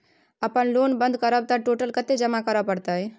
अपन लोन बंद करब त टोटल कत्ते जमा करे परत?